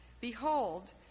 Behold